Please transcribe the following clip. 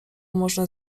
można